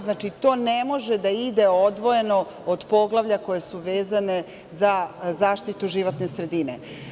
Znači, to ne može da ide odvojeno od poglavlja koja su vezana za zaštitu životne sredine.